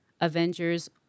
Avengers